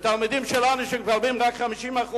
ותלמידים שלנו, שמקבלים רק 50%?